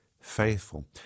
faithful